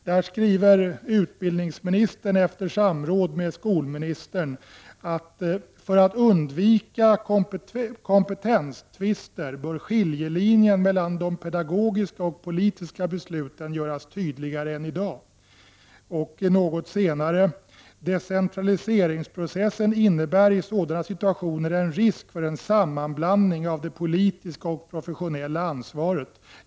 Där skriver utbildningsministern efter samråd med skolministern: ”För att undvika onödiga kompetenstvister bör skiljelinjen mellan de pedagogiska och politiska besluten göras tydligare än i dag.” Något senare: ”Decentraliseringsprocessen innebär i sådana situationer en risk för en sammanblandning av det politiska och det professionella ansvaret.